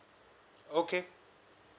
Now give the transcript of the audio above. okay